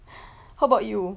how about you